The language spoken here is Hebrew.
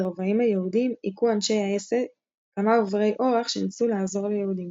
ברבעים היהודיים הכו אנשי האס אה כמה עוברי אורח שניסו לעזור ליהודים.